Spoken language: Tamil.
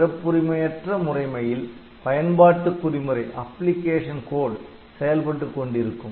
சிறப்புரிமையற்ற முறைமையில் பயன்பாட்டு குறிமுறை செயல்பட்டுக் கொண்டிருக்கும்